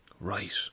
Right